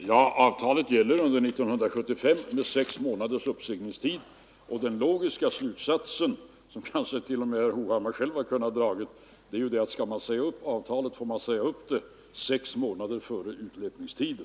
Herr talman! Avtalet gäller under 1975 med sex månaders uppsägningstid. Den logiska slutsatsen — som kanske t.o.m. herr Hovhammar själv har kunnat dra — är alltså den, att skall man säga upp avtalet, får man göra det sex månader före utlöpningstiden.